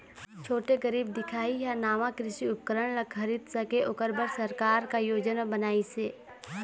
छोटे गरीब दिखाही हा नावा कृषि उपकरण ला खरीद सके ओकर बर सरकार का योजना बनाइसे?